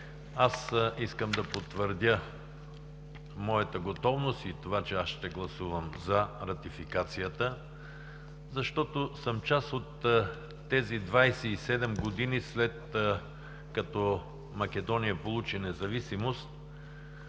искам да потвърдя моята готовност и това, че ще гласувам „за“ ратификацията, защото съм част от тези 27 години, след като Македония получи независимост.